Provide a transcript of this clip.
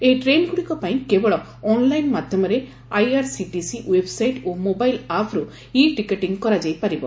ଏହି ଟ୍ରେନ୍ଗୁଡ଼ିକ ପାଇଁ କେବଳ ଅନ୍ଲାଇନ୍ ମଧ୍ୟମରେ ଆଇଆର୍ସିଟିସି ଓ୍ପେବସାଇଟ୍ ଓ ମୋବାଇଲ ଆପ୍ରୁ ଇ ଟିକଟିଂ କରାଯାଇପାରିବ